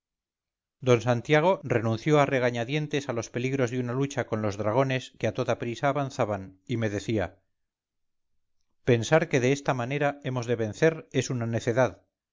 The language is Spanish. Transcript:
d santiago renunció a regaña dientes a los peligros de una lucha con los dragones que a toda prisa avanzaban y me decía pensar que de esta manera hemos de vencer es una necedad